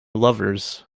lovers